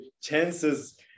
chances